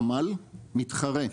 תמ"ל, מתחרה.